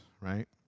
right